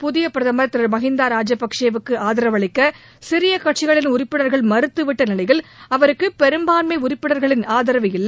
புதிய பிரதமர் திரு மஹிந்தா ராஜபக்சேவுக்கு ஆதரவளிக்க சிறிய கட்சிகளின் உறுப்பினர்கள் மறுத்துவிட்ட நிலையில் அவருக்கு பெரும்பான்மை உறுப்பினர்களின் ஆதரவு இல்லை